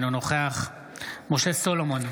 אינו נוכח משה סולומון,